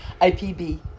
IPB